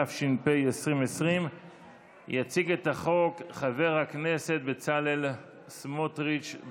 התש"ף 2020. יציג את הצעת החוק חבר הכנסת בצלאל סמוטריץ'.